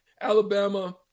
Alabama